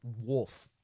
wolf